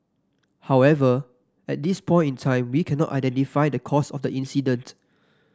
however at this point in time we cannot identify the cause of the incident